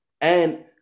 And-